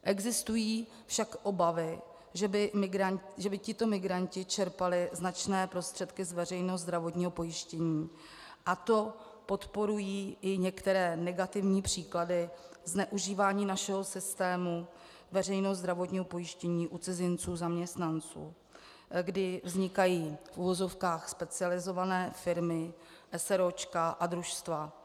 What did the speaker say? Existují však obavy, že by tito migranti čerpali značné prostředky z veřejného zdravotního pojištění, a to podporují i některé negativní příklady zneužívání našeho systému veřejného zdravotního pojištění i cizinců zaměstnanců, kdy vznikají v uvozovkách specializované firmy, s.r.o. a družstva.